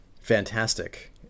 fantastic